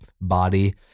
body